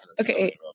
Okay